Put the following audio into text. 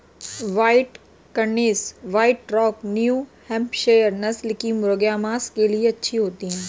white Cornish, white rock, New Hampshire नस्ल की मुर्गियाँ माँस के लिए अच्छी होती हैं